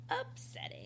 upsetting